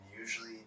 usually